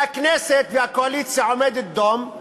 והכנסת והקואליציה עומדת דום,